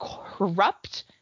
corrupt